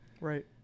Right